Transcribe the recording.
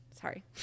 sorry